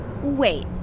Wait